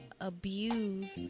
abuse